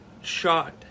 shot